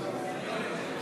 וקבוצת חברי הכנסת.